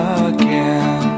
again